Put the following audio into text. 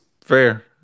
Fair